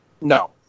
No